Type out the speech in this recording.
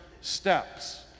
steps